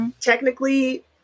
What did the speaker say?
technically